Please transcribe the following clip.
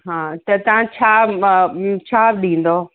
हा त तव्हां छा छा ॾींदव